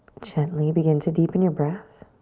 gently begin to deepen your breath.